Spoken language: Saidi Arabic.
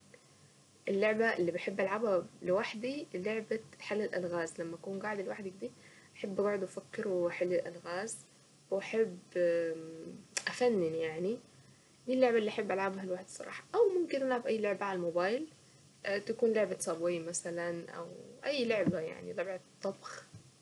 اللعبة اللي بحب العبها لوحدي لعبة حل الالغاز لما اكون قاعدة لوحدي كده احب اقعد وافكر واحل الالغاز واحب افنن يعني دي اللعبة اللي احب العبها لوحدي صراحة او ممكن العب اي لعبة على الموبايل تكون لعبة سابواي مثلا او اي لعبة يعني لعبة طبخ.